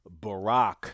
Barack